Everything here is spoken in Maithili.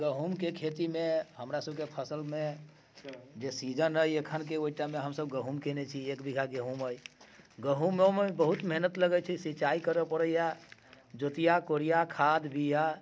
गहुमके खेतीमे हमरा सबके फसलमे जे सीजन अइ अखनके ओइ टाइममे हमसब गहुम केने छियै एक बीघा गहुम अइ गहुमोमे बहुत मेहनत लगै छै सिञ्चाई करै पड़ैये जोतिया कोरिया खाद बीया